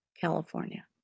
California